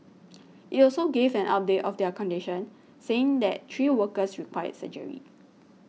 it also gave an update of their condition saying that three workers required surgery